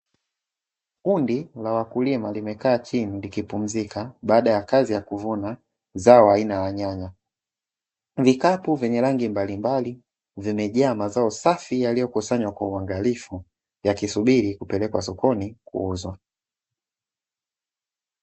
Kundi la wakulima limekaa chini limepumzika baada ya kazi ya kuvuna zao aina ya nyanya. Vikapu vyenye rangi mbalimbali vimejaa mazao safi yaliyokusanywa kwa uangalifu, yakisubiri kupelekwa sokoni kuuzwa.